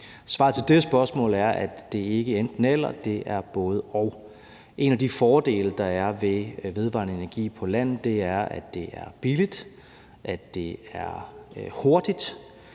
Svaret til det spørgsmål er, at det ikke er et enten-eller, men er et både-og. En af de fordele, der er ved vedvarende energi på land, er, at det er billigt, at det er hurtigt